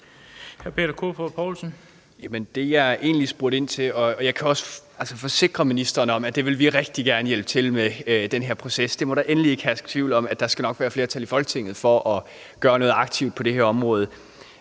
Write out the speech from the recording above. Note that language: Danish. Peter Kofod Poulsen (DF): Jeg kan også forsikre ministeren om, at den her proces vil vi rigtig gerne hjælpe til med, og der må endelig ikke herske tvivl om, at der nok skal være flertal i Folketinget for at gøre noget aktivt på det her område.